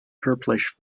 purplish